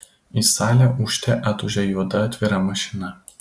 į salą ūžte atūžė juoda atvira mašina